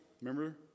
remember